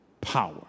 power